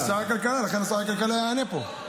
זה שר הכלכלה, לכן שר הכלכלה יענה פה.